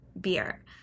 Beer